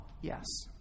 yes